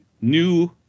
new